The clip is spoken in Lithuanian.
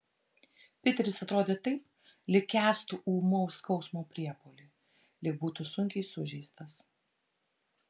piteris atrodė taip lyg kęstų ūmaus skausmo priepuolį lyg būtų sunkiai sužeistas